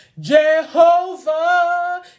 Jehovah